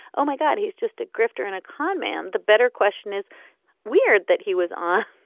oh, my god, he's just a grifter and a con man. the better question is weird that he was on,